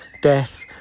death